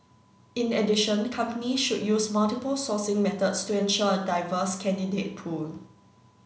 in addition companies should use multiple sourcing methods to ensure a diverse candidate pool